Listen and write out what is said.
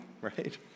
right